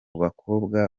bakobwa